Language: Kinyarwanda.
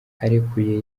arekuye